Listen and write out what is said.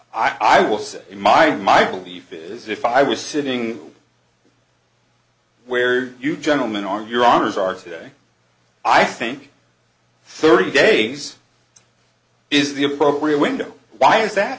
i will sit in my my belief is if i was sitting where you gentlemen are your honors are today i think thirty days is the appropriate window why is that